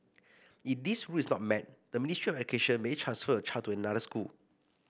if this rule is not met the Ministry of Education may transfer your child to another school